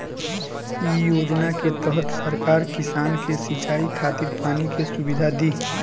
इ योजना के तहत सरकार किसान के सिंचाई खातिर पानी के सुविधा दी